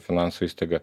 finansų įstaiga